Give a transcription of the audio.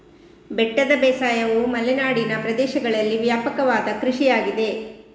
ಬೆಟ್ಟದ ಬೇಸಾಯವು ಮಲೆನಾಡಿನ ಪ್ರದೇಶಗಳಲ್ಲಿ ವ್ಯಾಪಕವಾದ ಕೃಷಿಯಾಗಿದೆ